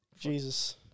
Jesus